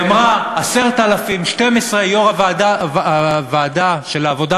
היא אמרה: 10,000 12,000. יושב-ראש ועדת העבודה